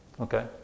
Okay